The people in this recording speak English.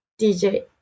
DJ